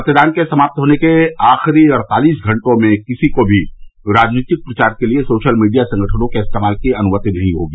मतदान के समाप्त होने के आखिरी अड़तालिस घंटों में किसी को भी राजनीतिक प्रचार के लिए सोशल मीडिया संगठनों के इस्तेमाल की अनुमति नहीं होगी